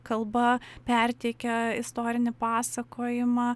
kalba perteikia istorinį pasakojimą